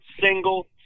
single